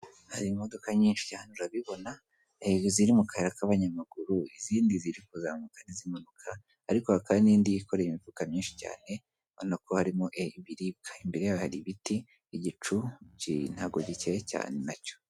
Hari imodoka nyinshi cyane urabibona, hari iziri mu kayira k'abanyamaguru, izindi ziri kuzamuka, izimanuka ariko hakaba n'indi yikoreye imifuka myinshi cyane, urabibona ko harimo ibiribwa, imbere yaho hari ibiti, igicu ntabwo gikeye cyane nacyo.